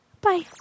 Bye